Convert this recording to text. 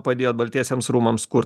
padėjot baltiesiems rūmams kurt